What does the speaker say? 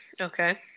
Okay